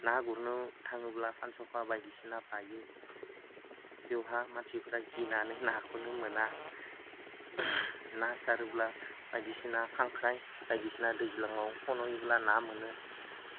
ना गुरनो थाङोब्ला फानस'खा बायदिसिना बायो बेवहा मानसिफोरा गिनानै नाखौनो मोना ना सारोब्ला बायदिसिना खांख्राइ बायदिसिना दैज्लाङाव खनयोब्ला ना मोनो